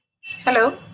Hello